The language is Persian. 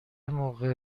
موقع